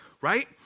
right